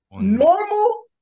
Normal